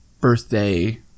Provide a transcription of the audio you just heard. birthday